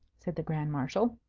said the grand marshal.